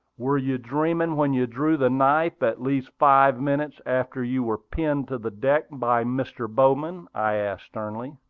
were you dreaming when you drew the knife, at least five minutes after you were pinned to the deck by mr. bowman? i asked, sternly.